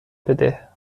بده